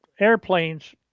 airplanes